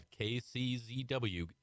KCZW